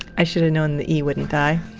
i should've known that e wouldn't die